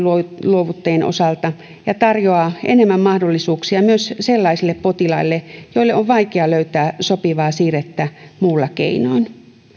luovuttajien osalta ja tarjoaa enemmän mahdollisuuksia myös sellaisille potilaille joille on vaikea löytää sopivaa siirrettä muulla keinoin